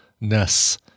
ness